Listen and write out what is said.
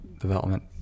development